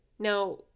Now